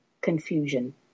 confusion